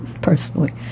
personally